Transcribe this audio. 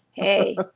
Hey